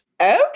okay